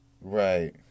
Right